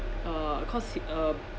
uh cause h~ uh